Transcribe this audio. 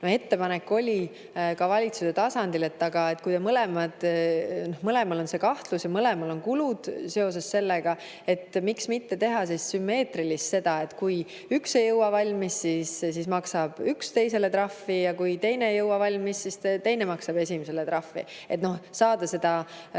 Ettepanek oli ka valitsuse tasandil, et kui mõlemal on see kahtlus ja mõlemal on kulud seoses sellega, siis miks mitte teha sümmeetriliselt seda, et kui üks ei jõua valmis, siis maksab tema teisele trahvi, ja kui teine ei jõua valmis, siis tema maksab esimesele trahvi. Nii saaks seda